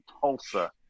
Tulsa